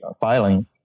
filing